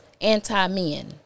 anti-men